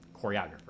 choreographer